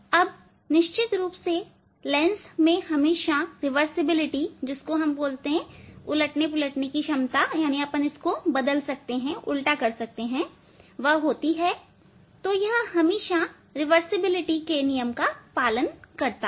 अब निश्चित रूप से लेंस में हमेशा रिवर्सिबिलिटी उलटने अथवा पुलटने योग्यता होती है हर समय यह रिवर्सिबिलिटी का अनुसरण करता है